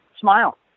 smile